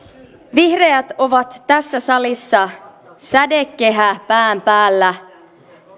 vihreät ovat tässä salissa sädekehä pään päällä